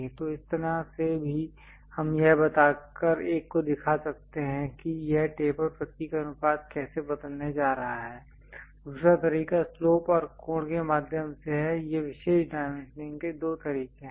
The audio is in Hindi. तो इस तरह से भी हम यह बताकर एक को दिखा सकते हैं कि यह टेपर प्रतीक अनुपात कैसे बदलने जा रहा है दूसरा तरीका स्लोप और कोण के माध्यम से है ये विशेष डाइमेंशनिंग के दो तरीके हैं